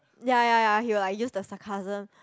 ya ya ya he will like use the sarcasm